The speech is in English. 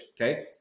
Okay